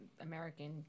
American